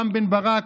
רם בן ברק,